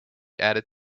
added